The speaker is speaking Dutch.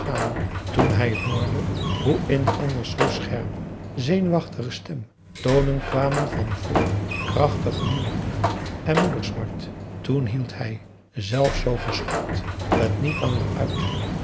toen hij hoorde hoe in de anders zoo scherpe zenuwachtige stem tonen kwamen van volle krachtige moederliefde en moedersmart toen hield hij zelf zoo geschokt t niet langer uit